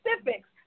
specifics